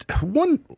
One